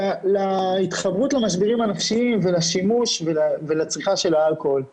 להתחברות למשברים הנפשיים ולשימוש ולצריכה של האלכוהול והסמים.